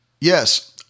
Yes